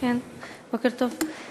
בוקר טוב.